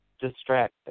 distracted